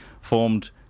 formed